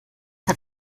hat